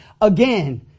Again